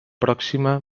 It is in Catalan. pròxima